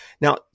Now